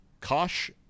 Kosh